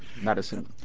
medicine